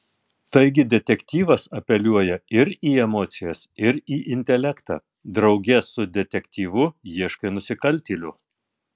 taigi detektyvas apeliuoja ir į emocijas ir į intelektą drauge su detektyvu ieškai nusikaltėlio